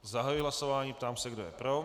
Zahajuji hlasování a ptám se, kdo je pro.